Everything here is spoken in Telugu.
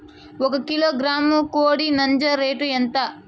ఒక కిలోగ్రాము కోడి నంజర రేటు ఎంత?